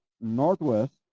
Northwest